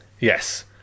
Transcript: Yes